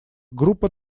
группа